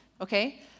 Okay